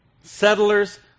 Settlers